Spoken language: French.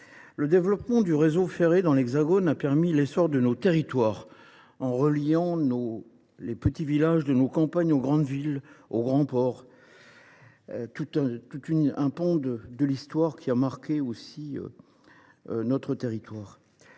Le développement du réseau ferré dans l’Hexagone a permis l’essor de nos territoires, en reliant les petits villages de nos campagnes aux grandes villes et aux grands ports. Tout ce pan de l’histoire n’aurait jamais été possible